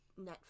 Netflix